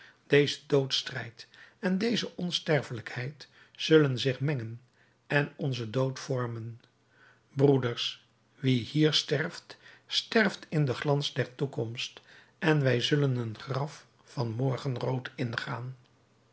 deze doodsstrijd en deze onsterfelijkheid zullen zich mengen en onzen dood vormen broeders wie hier sterft sterft in den glans der toekomst en wij zullen een graf van morgenrood ingaan